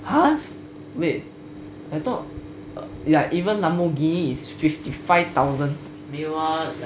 cars wait I thought like even lamborghini is fifty five thousand